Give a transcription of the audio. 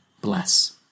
bless